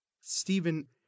Stephen